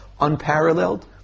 unparalleled